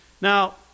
Now